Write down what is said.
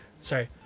Sorry